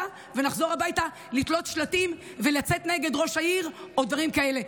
ונחזור הביתה לתלות שלטים ולצאת נגד ראש העיר או דברים כאלה.